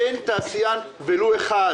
אין תעשיין, ולו אחד,